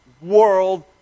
world